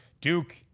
duke